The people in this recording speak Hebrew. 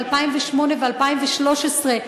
ב-2008 ו-2013,